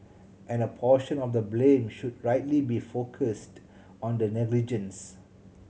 and a portion of the blame should rightly be focused on that negligence